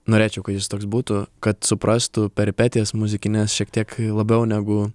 norėčiau kad jis toks būtų kad suprastų peripetijas muzikines šiek tiek labiau negu